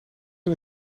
een